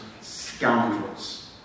scoundrels